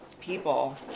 people